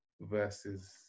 versus